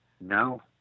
No